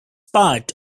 part